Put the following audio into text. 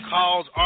Calls